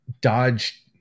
Dodge